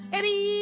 Eddie